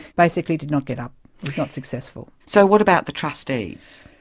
basically did not get up, was not successful. so what about the trustees?